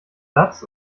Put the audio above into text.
satz